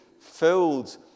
filled